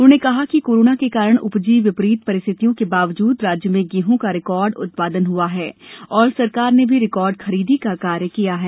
उन्होंने कहा कि कोरोना के कारण उपजी विपरीत परिस्थितियों के बावजूद राज्य में गेंह का रिकार्ड उत्पादन हआ है और सरकार ने भी रिकार्ड खरीदी का कार्य किया है